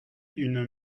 une